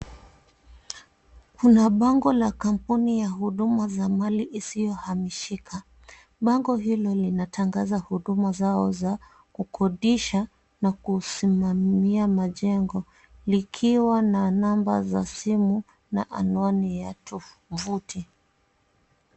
Kuna bango la kampuni ya huduma za mali isiyo hamishika. Bango hilo linatangaza huduma zao za kukodisha na kusimamilia majengo, likiwa na namba za simu na anwani ya tovuti.